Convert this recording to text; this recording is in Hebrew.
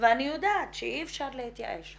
ואני יודעת שאי אפשר להתייאש.